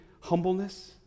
humbleness